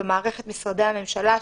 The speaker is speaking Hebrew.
במערכת משרדי הממשלה,